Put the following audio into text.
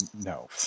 no